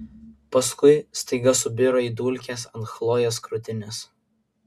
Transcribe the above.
paskui staiga subiro į dulkes ant chlojės krūtinės